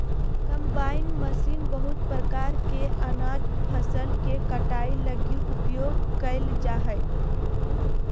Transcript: combine machine बहुत प्रकार के अनाज फसल के कटाई लगी उपयोग कयल जा हइ